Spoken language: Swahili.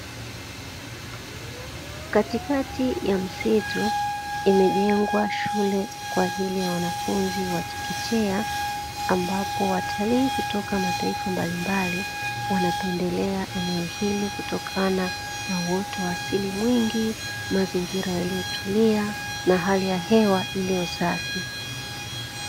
Katikati ya msitu imejengwa shule kwa ajili ya wanafunzi wa chekechea ambapo watalii kutoka mataifa mbalimbali wanapendelea eneo hili kutokana na uoto wa asili mwingi, mazingira yaliyotulia na hali ya hewa iliyo safi.